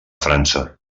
frança